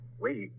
wait